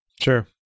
Sure